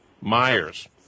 Myers